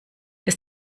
das